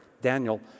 Daniel